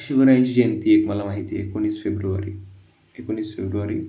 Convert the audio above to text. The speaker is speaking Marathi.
शिवरायाची जयंती एक मला माहिती आहे एकोणीस फेब्रुवारी एकोणीस फेब्रुवारी